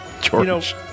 George